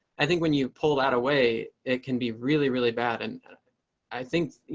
i think when you pull that away, it can be really, really bad. and i think, you